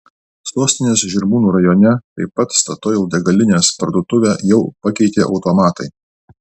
sostinės žirmūnų rajone taip pat statoil degalinės parduotuvę jau pakeitė automatai